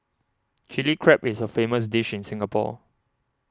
Chilli Crab is a famous dish in Singapore